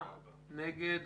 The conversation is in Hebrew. מי נגד?